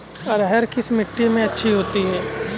अरहर किस मिट्टी में अच्छी होती है?